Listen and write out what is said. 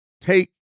take